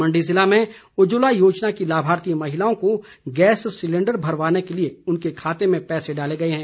मंडी ज़िले में उज्जवला योजना की लाभार्थी महिलाओं को गैस सिलेंडर भरवाने के लिए उनके खाते में पैसे डाले गए हैं